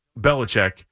Belichick